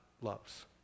loves